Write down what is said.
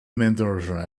mendoza